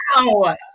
wow